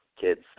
kids